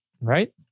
Right